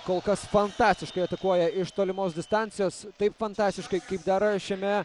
kol kas fantastiškai atakuoja iš tolimos distancijos taip fantastiškai kaip dera šiame